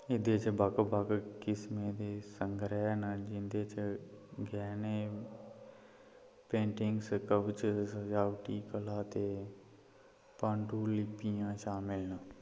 एह्दे च बक्ख बक्ख किसमें दे संग्रैह् न जिं'दे च गैह्ने पेंटिंग्स कवच सजावटी कला ते पांडुलिपियां शामल न